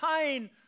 pain